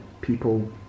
people